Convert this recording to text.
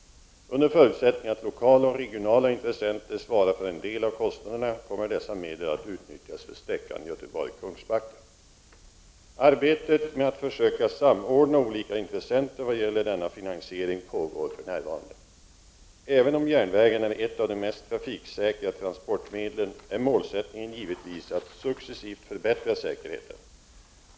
Under förutsättning att lokala och regionala intressenter svarar för en del av kostnaderna, kommer dessa medel att utnyttjas för sträckan Göteborg-Kungsbacka. Arbetet med att försöka samordna olika intressenter vad gäller denna finansiering pågår för närvarande. Även om järnvägen är ett av de mest trafiksäkra transportmedlen är målsättningen givetvis att successivt förbättra säkerheten.